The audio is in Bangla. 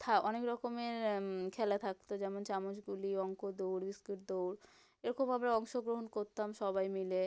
থা অনেক রকমের খেলা থাকতো যেমন চামচ গুলি অঙ্ক দৌড় বিস্কুট দৌড় এরকমবাবে অংশগ্রহণ করতাম সবাই মিলে